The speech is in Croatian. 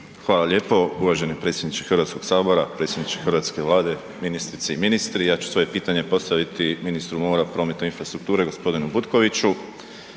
Hvala lijepo uvaženi predsjedniče HS-a. Predsjedniče hrvatske Vlade. Ministrice i ministri. Ja ću svoje pitanje postaviti ministru mora, prometa i infrastrukture, g. Butkoviću.